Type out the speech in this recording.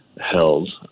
held